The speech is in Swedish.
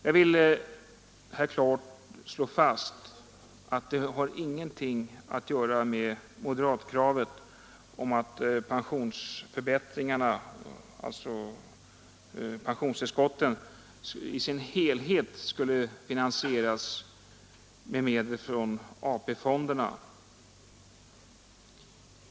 Jag vill här klart slå fast att detta inte har någonting att göra med moderatkravet om att pensionsförbättringarna — alltså pensionstillskotten — i sin helhet skulle finansieras med medel från AP-fonderna.